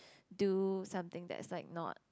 do something that's like not